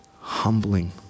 humbling